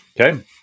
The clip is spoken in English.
Okay